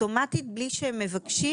אוטומטית בלי שהם מבקשים,